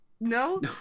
no